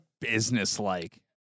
business-like